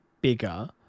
bigger